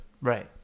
Right